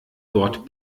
dort